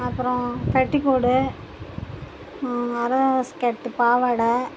அப்புறம் பெட்டிக்கோடு அரை ஸ்கர்ட்டு பாவாடை